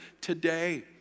today